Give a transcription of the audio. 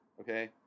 okay